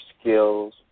skills